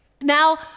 now